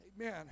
Amen